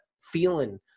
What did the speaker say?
feeling